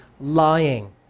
lying